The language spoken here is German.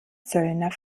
zöllner